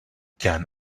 can